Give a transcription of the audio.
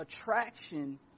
Attraction